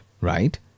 right